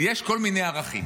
יש כל מיני ערכים,